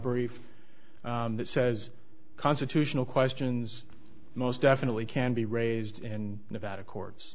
brief that says constitutional questions most definitely can be raised in nevada courts